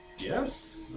Yes